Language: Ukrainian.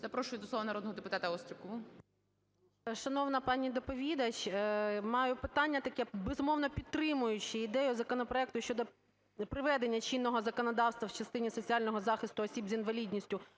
Запрошую до слова народного депутата Острікову.